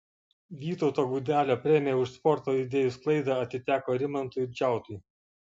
vytauto gudelio premija už sporto idėjų sklaidą atiteko rimantui džiautui